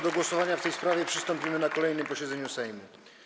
Do głosowania w tej sprawie przystąpimy na kolejnym posiedzeniu Sejmu.